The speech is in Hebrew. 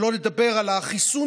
שלא נדבר על החיסון,